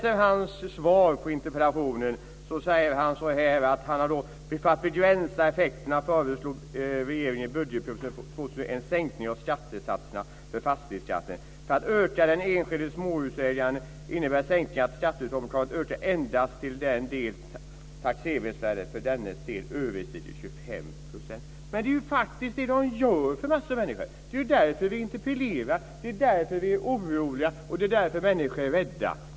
I hans svar på interpellationen kan man läsa: "För att begränsa effekterna av detta föreslog regeringen i budgetpropositionen för 2001 en sänkning av skattesatserna för fastighetsskatten. - För den enskilde småhusägaren innebär sänkningen att skatteuttaget kommer att öka endast till den del taxeringsvärdehöjningen för dennes del överstiger 25 %." Men det är faktiskt det den gör för de flesta människor. Det är därför vi interpellerar, det är därför vi är oroliga och det är därför människor är rädda.